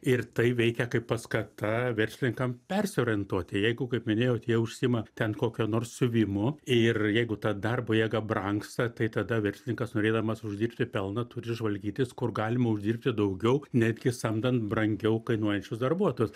ir tai veikia kaip paskata verslininkam persiorientuoti jeigu kaip minėjot jie užsiima ten kokio nors siuvimu ir jeigu ta darbo jėga brangsta tai tada verslininkas norėdamas uždirbti pelną turi žvalgytis kur galima uždirbti daugiau netgi samdant brangiau kainuojančius darbuotojus